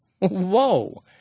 Whoa